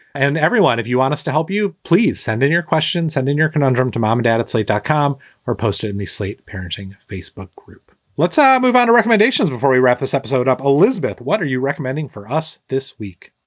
and everyone, if you want us to help you, please send in your questions and in your conundrum to mom and dad, it's like dotcom or posted in the slate parenting facebook group. let's ah move on to recommendations before we wrap this episode up. elizabeth, what are you recommending for us this week?